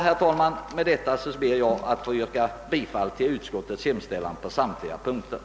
Herr talman! Med detta ber jag att få yrka bifall till utskottets hemställan i samtliga moment.